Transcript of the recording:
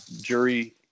jury